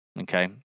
okay